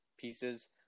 Pieces